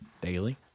daily